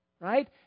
right